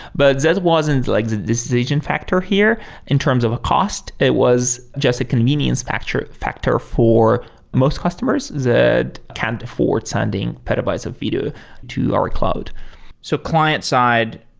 but that wasn't like the decision factor here in terms of cost. it was just a convenience factor factor for most customers that can't afford sending petabytes of video to our cloud so client side,